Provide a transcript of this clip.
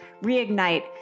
reignite